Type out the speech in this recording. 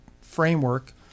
framework